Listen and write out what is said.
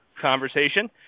conversation